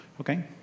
Okay